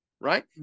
Right